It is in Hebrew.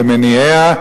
למניעיה,